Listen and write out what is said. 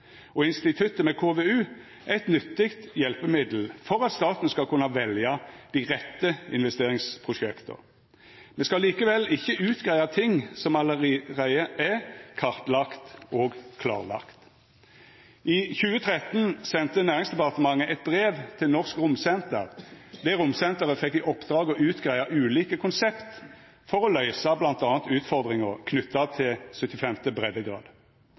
og instituttet med KVU er eit nyttig hjelpemiddel for at staten skal kunna velja dei rette investeringsprosjekta. Me skal likevel ikkje utgreia ting som allereie er kartlagde og klarlagde. I 2013 sende Næringsdepartementet eit brev til Norsk Romsenter, der romsenteret fekk i oppdrag å utgreia ulike konsept for å løysa bl.a. utfordringa knytt til 75. breiddegrad.